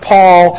Paul